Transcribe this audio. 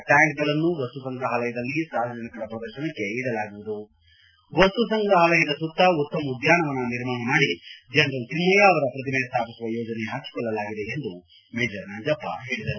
ಟ್ಕಾಂಕ್ಗಳನ್ನು ವಸ್ತು ಸಂಗ್ರಹಾಲಯದಲ್ಲಿ ಸಾರ್ವಜನಿಕರ ಪ್ರದರ್ಶನಕ್ಕೆ ಇಡಲಾಗುವುದು ವಸ್ತು ಸಂಗ್ರಹಾಲಯದ ಸುತ್ತ ಉತ್ತಮ ಉದ್ಯಾನವನ ನಿರ್ಮಾಣ ಮಾಡಿ ಜನರಲ್ ತಿಮ್ನಯ್ಯ ಅವರ ಪ್ರತಿಮೆ ಸ್ವಾಪಿಸುವ ಯೋಜನೆ ಹಾಕಿಕೊಳ್ಳಲಾಗಿದೆ ಎಂದು ಮೇಜರ್ ನಂಜಪ್ಪ ಹೇಳಿದರು